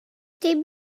dim